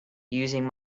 using